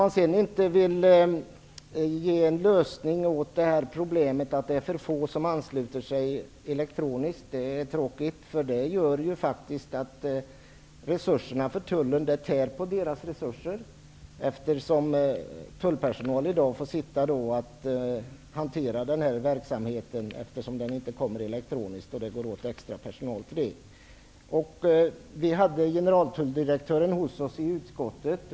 Att man inte vill lösa problemet med att för få ansluter sig elektroniskt, tycker jag är tråkigt, därför att det tär på Tullens resurser genom att tullpersonal i dag måste hantera denna verksamhet manuellt i stället för elektroniskt, vilket kräver extra personal. Generaltulldirektören besökte oss i utskottet.